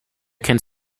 kennt